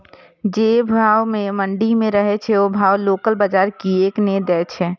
जे भाव मंडी में रहे छै ओ भाव लोकल बजार कीयेक ने दै छै?